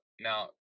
Now